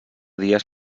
dies